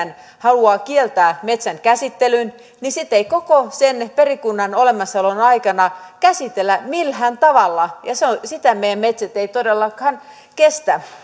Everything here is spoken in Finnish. haluaa kieltää metsän käsittelyn niin sitten sitä ei koko sen perikunnan olemassaolon aikana käsitellä millään tavalla ja sitä meidän metsämme eivät todellakaan kestä